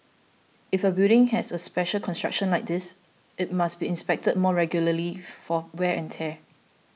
if a building has a special construction like this it must be inspected more regularly for wear and tear